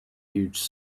huge